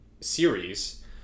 series